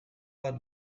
bat